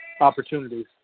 opportunities